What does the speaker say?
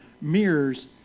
mirrors